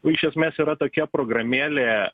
o iš esmės yra tokia programėlė